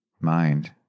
mind